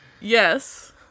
Yes